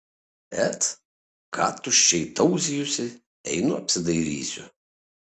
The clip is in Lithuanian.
et ką tuščiai tauzijusi einu apsidairysiu